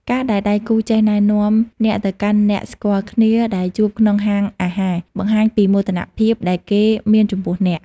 ការដែលដៃគូចេះណែនាំអ្នកទៅកាន់អ្នកស្គាល់គ្នាដែលជួបក្នុងហាងអាហារ បង្ហាញពីមោទនភាពដែលគេមានចំពោះអ្នក។